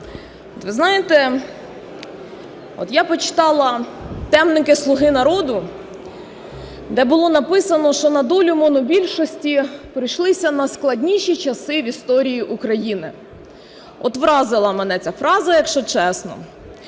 ви знаєте, от я почитала темники "Слуги народу", де було написано, що на долю монобільшості прийшлися найскладніші часи в історії України. От вразила мене ця фраза, якщо чесно.